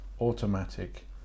Automatic